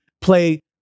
play